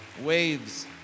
waves